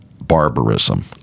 barbarism